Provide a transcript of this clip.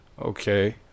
Okay